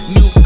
New